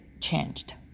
changed